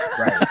Right